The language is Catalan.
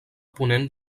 ponent